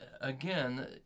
Again